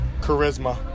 Charisma